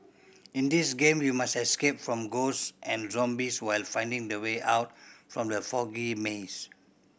in this game you must escape from ghost and zombies while finding the way out from the foggy maze